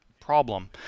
problem